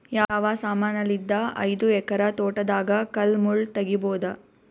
ಯಾವ ಸಮಾನಲಿದ್ದ ಐದು ಎಕರ ತೋಟದಾಗ ಕಲ್ ಮುಳ್ ತಗಿಬೊದ?